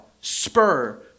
spur